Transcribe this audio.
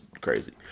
crazy